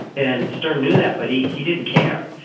and stern knew that, but he he didn't care.